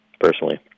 personally